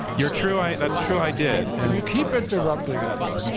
you're true, i that's true, i did, and you keep interrupting us.